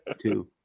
two